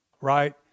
right